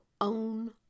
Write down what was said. own